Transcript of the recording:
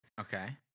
Okay